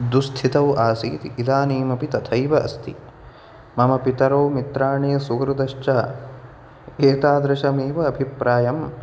दुःस्थितौ आसीत् इदानीम् अपि तथैव अस्ति मम पितरौ मित्राणि सुहृदश्च एतादृशम् एव अभिप्रायम्